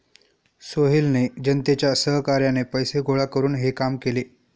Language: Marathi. सोहेलने जनतेच्या सहकार्याने पैसे गोळा करून हे काम केले